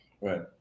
right